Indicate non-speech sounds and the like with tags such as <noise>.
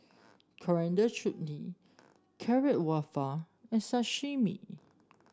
Coriander Chutney Carrot <unintelligible> and Sashimi